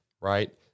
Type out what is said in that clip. right